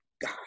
God